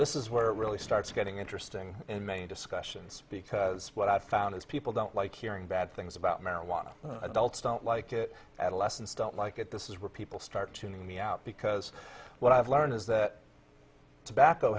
this is where it really starts getting interesting discussions because what i found is people don't like hearing bad things about marijuana adults don't like it adolescents don't like it this is where people start to me out because what i've learned is that tobacco